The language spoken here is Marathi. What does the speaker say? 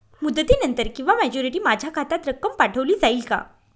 मुदतीनंतर किंवा मॅच्युरिटी माझ्या खात्यात रक्कम पाठवली जाईल का?